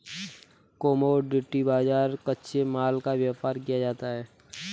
commodity बाजार में कच्चे माल का व्यापार किया जाता है